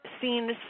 seen